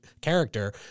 character